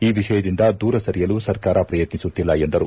ಈ ವಿಷಯದಿಂದ ದೂರ ಸರಿಯಲು ಸರ್ಕಾರ ಪ್ರಯತ್ನಿಸುತ್ತಿಲ್ಲ ಎಂದರು